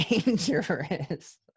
dangerous